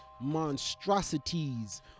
monstrosities